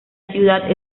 ciudad